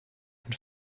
and